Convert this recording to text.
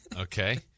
Okay